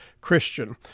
Christian